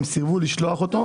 הם סירבו לשלוח אותו.